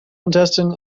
intestine